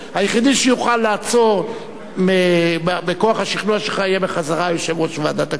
היחידי שיוכל לעצור בכוח השכנוע שלך יהיה בחזרה יושב-ראש ועדת הכספים.